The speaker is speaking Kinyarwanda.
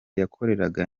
yakoreraga